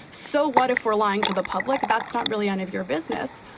so what if for lying to the public that's not really any of your business?